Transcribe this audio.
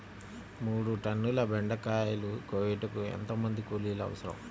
మూడు టన్నుల బెండకాయలు కోయుటకు ఎంత మంది కూలీలు అవసరం?